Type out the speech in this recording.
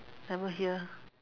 never hear